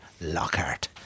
Lockhart